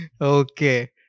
Okay